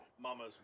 Mama's